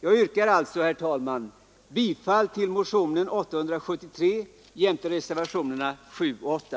Jag yrkar alltså, herr talman, bifall till motionen 873 samt reservationerna 7 och 8.